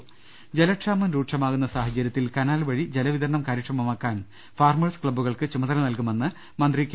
അട്ട്ട്ട്ട്ട്ട്ട്ട ജലക്ഷാമം രൂക്ഷമാകുന്ന സാഹചര്യത്തിൽ കനാൽ വഴി ജലവിതരണം കാര്യക്ഷമമാക്കാൻ ഫാർമേഴ്സ് ക്ലബുകൾക്ക് ചുമതല നൽകുമെന്ന് മന്ത്രി കെ